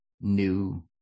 new